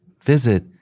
Visit